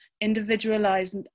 individualized